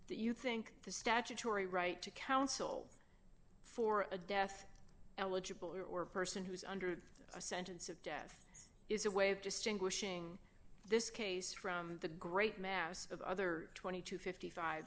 that you think the statutory right to counsel for a death eligible or or a person who is under the sentence of death is a way of distinguishing this case from the great mass of other twenty to fifty five